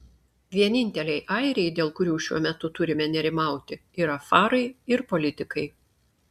vieninteliai airiai dėl kurių šiuo metu turime nerimauti yra farai ir politikai